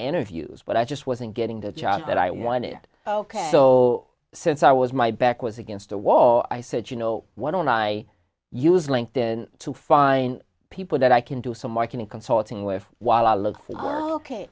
enter views but i just wasn't getting the job that i wanted ok so since i was my back was against a wall i said you know why don't i use linked in to find people that i can do some marketing consulting with while i look for